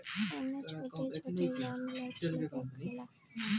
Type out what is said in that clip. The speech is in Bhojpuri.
एईमे काम छोट छोट लक्ष्य ले के होखेला